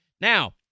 Now